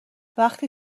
وقتی